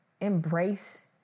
embrace